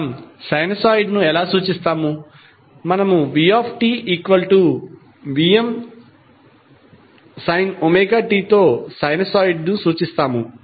మనం సైనోసాయిడ్ ను ఎలా సూచిస్తాము మనము vtVm sin ωt తో సైనూసోయిడ్ ను సూచిస్తాము